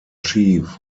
chief